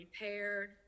repaired